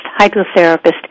hydrotherapist